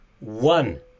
One